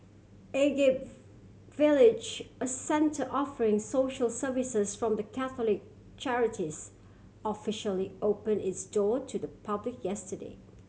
Agape Village a centre offering social services from the Catholic charities officially open its door to the public yesterday